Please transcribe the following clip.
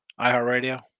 iHeartRadio